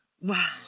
wow